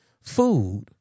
food